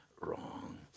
wrong